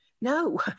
No